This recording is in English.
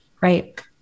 right